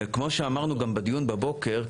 כמו שאמרנו גם בדיון בבוקר,